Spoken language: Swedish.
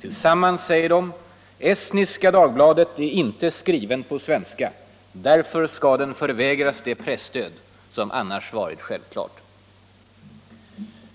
Tillsammans säger de att Estniska Dagbladet inte är skrivet på svenska och att det därför skall förvägras det presstöd som annars hade varit självklart.